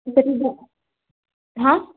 तरी हां